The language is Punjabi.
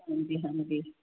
ਹਾਂਜੀ ਹਾਂਜੀ